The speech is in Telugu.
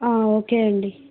ఓకే అండి